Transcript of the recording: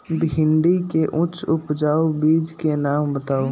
भिंडी के उच्च उपजाऊ बीज के नाम बताऊ?